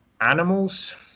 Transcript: animals